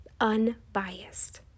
unbiased